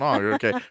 Okay